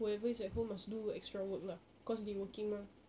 whoever is at home must do extra work lah cause they working mah